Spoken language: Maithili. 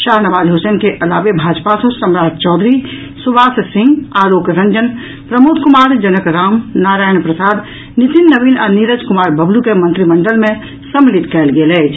शाहनवाज हुसैन के अलावे भाजपा सॅ सम्राट चौधरी सुबाष सिंह आलोक रंजन प्रमोद कुमार जनक राम नारायण प्रसाद नितिन नवीन आ नीरज कुमार बबलू के मंत्रिमंडल मे सम्मिलित कयल गेल अछि